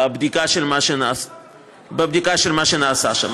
בבדיקה של מה שנעשה שם.